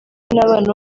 n’abana